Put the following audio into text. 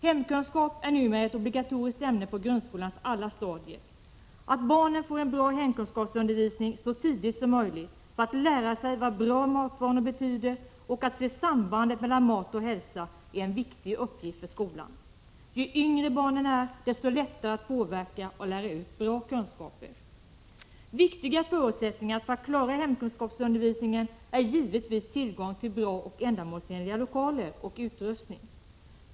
Hemkunskap är numera ett obligatoriskt ämne på grundskolans alla stadier. Att ge barnen en bra hemkunskapsundervisning så tidigt som möjligt för att lära dem vad bra matvanor betyder och få dem att se sambandet mellan mat och hälsa är en viktig uppgift för skolan. Ju yngre barnen är, desto lättare är det att påverka dem och att lära ut bra kunskaper. Viktiga förutsättningar för att klara hemkunskapsundervisningen är givetvis tillgång till bra och ändamålsenliga lokaler och bra utrustning.